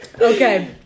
Okay